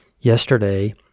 Yesterday